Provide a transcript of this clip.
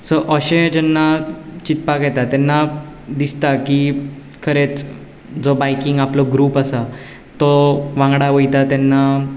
so अशें जेन्ना चिंतपाक येता तेन्ना दिसता की खरेंच जो बायकींग आपलो ग्रूप आसा तो वांगडा वयता तेन्ना